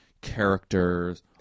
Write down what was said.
characters